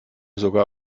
sogar